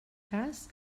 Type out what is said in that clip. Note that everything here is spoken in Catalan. cas